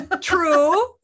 true